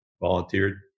volunteered